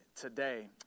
today